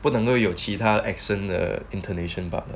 不能够有其他 accent the indonesian button